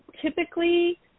typically